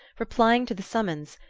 replying to the summons,